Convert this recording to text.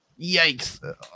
Yikes